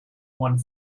one